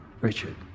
Richard